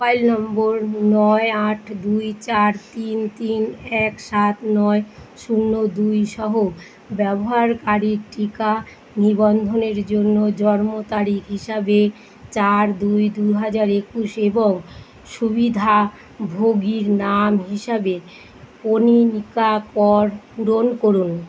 file নম্বর নয় আট দুই চার তিন তিন এক সাত নয় শূন্য দুই সহ ব্যবহারকারীর টিকা নিবন্ধনের জন্য জন্ম তারিখ হিসাবে চার দুই দুহাজার একুশ এবং সুবিধা ভোগীর নাম হিসাবে কনিনীকা কর রোল করুন